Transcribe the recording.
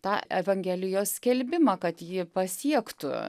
tą evangelijos skelbimą kad ji pasiektų